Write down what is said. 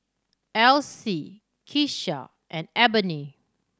Alcee Kesha and Ebony